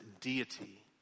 deity